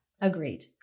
Agreed